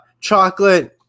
chocolate